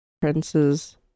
Princes